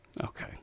Okay